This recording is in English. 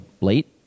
late